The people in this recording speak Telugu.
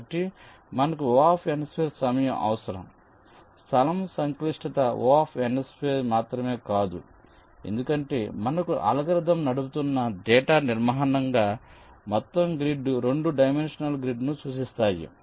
కాబట్టి మనకు Ο సమయం అవసరం స్థలం సంక్లిష్టత Ο మాత్రమే కాదు ఎందుకంటే మనకు అల్గోరిథం నడుపుతున్న డేటా నిర్మాణంగా మొత్తం గ్రిడ్ 2 డైమెన్షనల్ గ్రిడ్ను సూచిస్తున్నాము